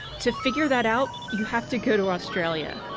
to figure that out you have to go to australia.